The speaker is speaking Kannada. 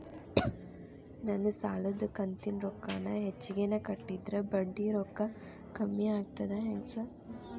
ನಾನ್ ಸಾಲದ ಕಂತಿನ ರೊಕ್ಕಾನ ಹೆಚ್ಚಿಗೆನೇ ಕಟ್ಟಿದ್ರ ಬಡ್ಡಿ ರೊಕ್ಕಾ ಕಮ್ಮಿ ಆಗ್ತದಾ ಹೆಂಗ್ ಸಾರ್?